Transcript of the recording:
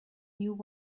new